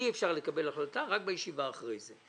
אי אפשר לקבל החלטה אלא רק בישיבה שאחרי זה.